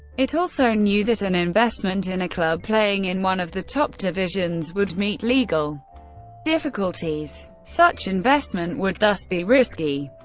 it also knew that an investment in a club playing in one of the top divisions would meet legal difficulties. such investment would thus be risky.